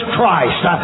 Christ